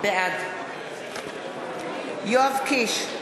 בעד יואב קיש,